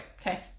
Okay